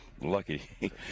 lucky